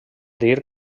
dir